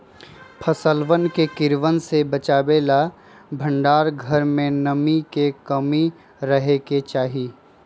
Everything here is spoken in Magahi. फसलवन के कीड़वन से बचावे ला भंडार घर में नमी के कमी रहे के चहि